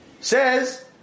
says